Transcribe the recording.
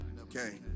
Okay